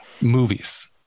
movies